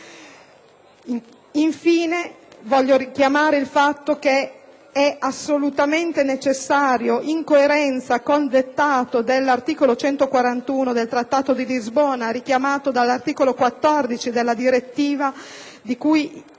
Infine, voglio richiamare il fatto che - in coerenza con il dettato dell'articolo 141 del Trattato di Lisbona, richiamato dall'articolo 14 della direttiva di cui